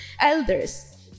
elders